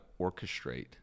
orchestrate